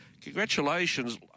Congratulations